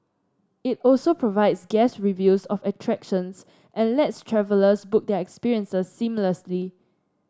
it also provides guest reviews of attractions and lets travellers book their experiences seamlessly